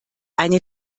eine